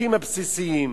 הצרכים הבסיסיים: